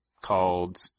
called